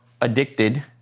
addicted